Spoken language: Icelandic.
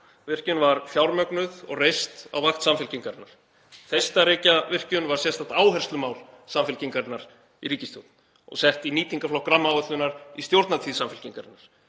var fjármögnuð og reist á vakt Samfylkingarinnar. Þeistareykjavirkjun var sérstakt áherslumál Samfylkingarinnar í ríkisstjórn og sett í nýtingarflokk rammaáætlunar í stjórnartíð Samfylkingarinnar.